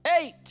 eight